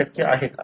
हे शक्य आहे का